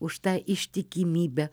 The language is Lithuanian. už tą ištikimybę